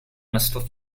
must